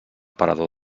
parador